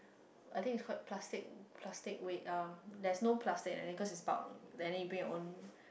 I think is called plastic plastic waste uh there is no plastic because it's bulk and then you bring your own